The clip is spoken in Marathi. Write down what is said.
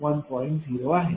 0 आहे